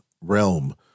realm